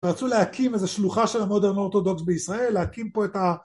רצו להקים איזה שלוחה של המודרן אורתודוקס בישראל, להקים פה את ה...